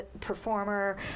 performer